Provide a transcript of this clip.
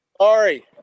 Sorry